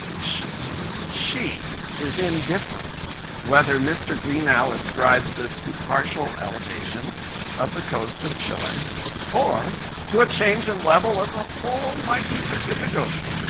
she she says, she is indifferent whether mr. greenough ascribes this to partial elevation of the coast of chile or to a change in level of the whole mighty pacific ocean.